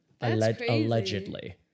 Allegedly